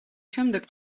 შემდეგ